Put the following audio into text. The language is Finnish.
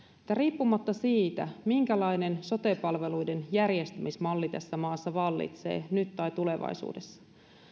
että riippumatta siitä minkälainen sote palveluiden järjestämismalli tässä maassa vallitsee nyt tai tulevaisuudessa